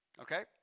Okay